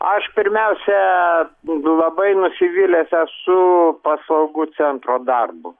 aš pirmiausia labai nusivylęs esu paslaugų centro darbu